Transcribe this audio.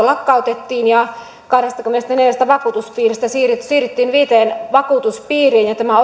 lakkautettiin ja kahdestakymmenestäneljästä vakuutuspiiristä siirryttiin viiteen vakuutuspiiriin tämä